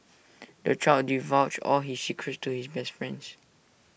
the child divulged all his secrets to his best friends